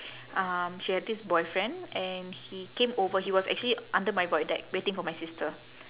um she had this boyfriend and he came over he was actually under my void deck waiting for my sister